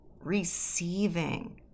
receiving